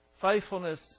faithfulness